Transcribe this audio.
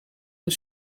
een